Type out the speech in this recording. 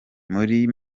muri